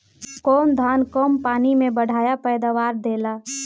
कौन धान कम पानी में बढ़या पैदावार देला?